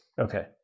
Okay